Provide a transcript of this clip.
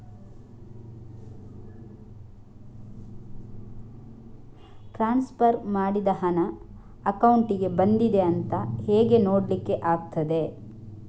Transfer ಮಾಡಿದ ಹಣ ಅಕೌಂಟಿಗೆ ಬಂದಿದೆ ಅಂತ ಹೇಗೆ ನೋಡ್ಲಿಕ್ಕೆ ಆಗ್ತದೆ?